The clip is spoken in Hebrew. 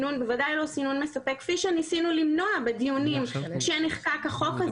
בוודאי לא סינון מספק כפי שניסינו למנוע בדיונים כשנחקק החוק הזה.